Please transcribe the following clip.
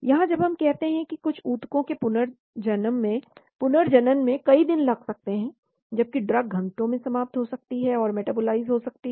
यहां जब हम कहते हैं कि कुछ ऊतकों के पुनर्जनन में कई दिन लग सकते हैं जबकि ड्रग घंटों में समाप्त हो सकती है और मेटाबोलाइज़ हो सकती है